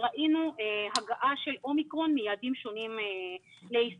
ראינו הגעה של אומיקרון מיעדים שונים לישראל,